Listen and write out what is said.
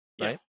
Right